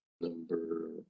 number